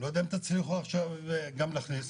אני לא יודע אם תצליחו עכשיו גם להכניס.